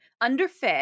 underfed